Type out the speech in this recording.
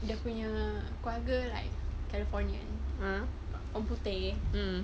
dia punya keluarga like californian orang putih